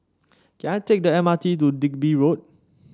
can I take the M R T to Digby Road